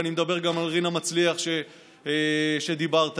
ואני מדבר גם על רינה מצליח, שדיברת עליה.